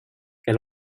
elle